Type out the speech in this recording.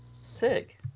Sick